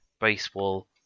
baseball